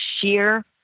sheer